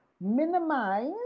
minimize